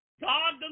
God